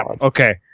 Okay